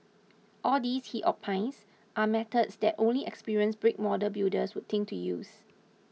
all these he opines are methods that only experienced brick model builders would think to use